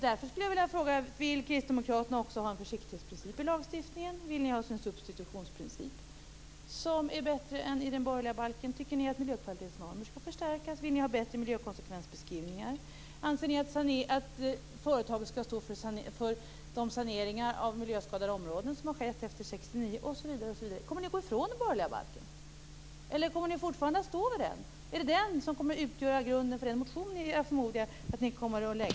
Jag skulle därför vilja fråga om ni kristdemokrater också vill ha en försiktighetsprincip i lagstiftningen och en substitutionsprincip som är bättre än i den borgerliga balken. Tycker ni att miljökvalitetsnormer skall förstärkas? Vill ni ha bättre miljökonsekvensbeskrivningar? Anser ni att företagen skall stå för de saneringar av miljöskadade områden som har skett efter 1969 osv.? Kommer ni att gå ifrån den borgerliga balken? Eller kommer ni att stå fast vid den? Är det den som kommer att utgöra grunden för den motion som jag förmodar att ni kommer att väcka?